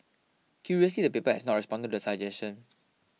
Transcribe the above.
curiously the paper has not responded to this suggestion